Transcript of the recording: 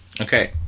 Okay